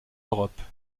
europe